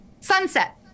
sunset